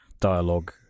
dialogue